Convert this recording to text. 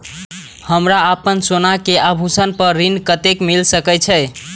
हमरा अपन सोना के आभूषण पर ऋण कते मिल सके छे?